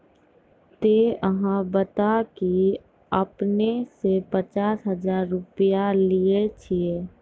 ते अहाँ बता की आपने ने पचास हजार रु लिए छिए?